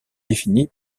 définie